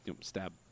stab